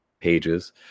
pages